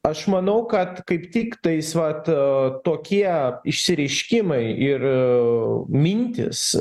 aš manau kad kaip tik tais vat tokie išsireiškimai ir mintys